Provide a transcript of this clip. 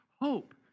Hope